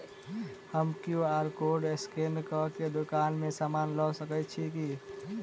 हम QR code scan कऽ केँ दुकान मे समान लऽ सकैत छी की?